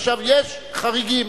יש חריגים.